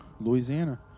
Louisiana